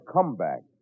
Comeback